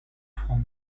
front